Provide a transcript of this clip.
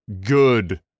good